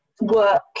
work